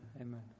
Amen